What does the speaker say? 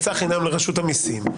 לרשות המסים,